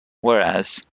whereas